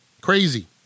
Crazy